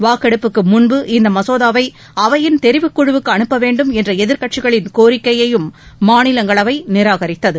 வாக்கெடுப்புக்கு முன்பு இந்த மசோதாவை அவையின் தெரிவுக் குழுவுக்கு அனுப்ப வேண்டும் என்ற எதிர்கட்சிகளின் கோரிக்கையையும் மாநிலங்களவை நிராகரித்தது